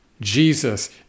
Jesus